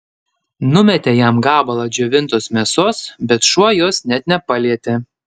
numetė jam gabalą džiovintos mėsos bet šuo jos net nepalietė